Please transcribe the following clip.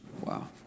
Wow